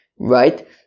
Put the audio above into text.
Right